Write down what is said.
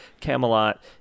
Camelot